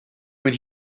when